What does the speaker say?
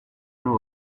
know